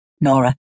Nora